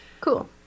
Cool